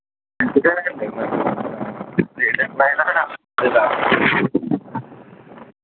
అందుకనేండి మీరు ఏ టైం లో అయినా